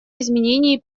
изменении